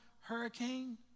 hurricane